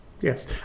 Yes